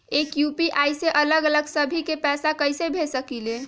एक यू.पी.आई से अलग अलग सभी के पैसा कईसे भेज सकीले?